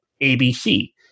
ABC